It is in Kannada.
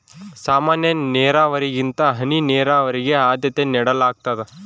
ಸಾಮಾನ್ಯ ನೇರಾವರಿಗಿಂತ ಹನಿ ನೇರಾವರಿಗೆ ಆದ್ಯತೆ ನೇಡಲಾಗ್ತದ